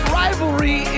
rivalry